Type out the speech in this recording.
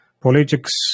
politics